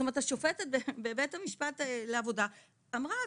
זאת אומרת השופטת בבית המשפט לעבודה אמרה,